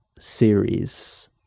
series